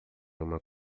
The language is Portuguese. uma